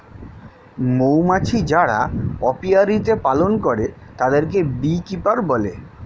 মৌমাছি যারা অপিয়ারীতে পালন করে তাদেরকে বী কিপার বলে